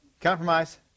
Compromise